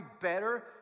better